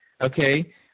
Okay